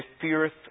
feareth